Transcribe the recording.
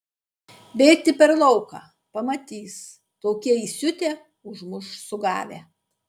bėgti per lauką pamatys tokie įsiutę užmuš sugavę